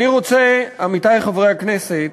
אני רוצה, עמיתי חברי הכנסת,